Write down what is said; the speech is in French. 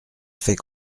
fait